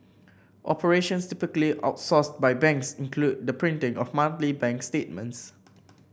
operations typically outsourced by banks include the printing of monthly bank statements